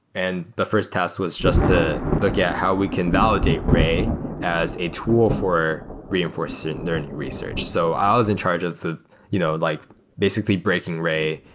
and the first task was just to look at yeah how we can validate ray as a tool for reinforcing learning research. so i was in charge of the you know like basically breaking ray.